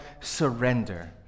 surrender